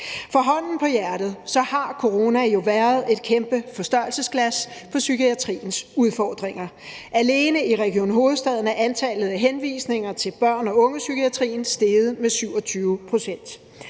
For hånden på hjertet har coronaen jo været et kæmpe forstørrelsesglas for psykiatriens udfordringer. Alene i Region Hovedstaden er antallet af henvisninger til børne- og ungepsykiatrien steget med 27 pct.,